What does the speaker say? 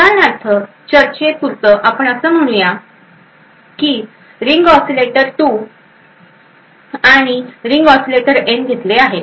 उदाहरणार्थ चर्चेत पुरते आपण असे म्हणू या की रिंग ओसीलेटर 2 आणि रिंग ओसीलेटर एन घेतले आहे